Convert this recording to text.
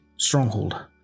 Stronghold